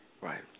Right